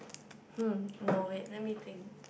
hm no wait let me think